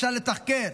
אפשר לתחקר,